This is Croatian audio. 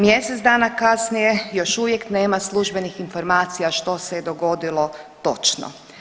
Mjesec dana kasnije još uvijek nema službenih informacija što se je dogodilo točno.